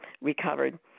recovered